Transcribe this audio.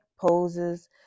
poses